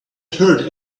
hurt